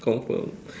confirm